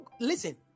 listen